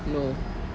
no